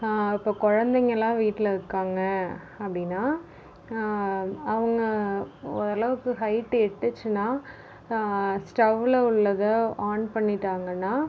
இப்போ குழந்தைங்கள்லா வீட்டில் இருக்காங்க அப்படின்னா அவங்க ஓரளவுக்கு ஹைட்டு எட்டுச்சுனா ஸ்டவ்வில் உள்ளதை ஆன் பண்ணிட்டாங்கனா